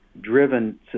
driven